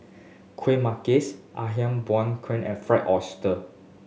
Kueh Manggis aham buah and fry oyster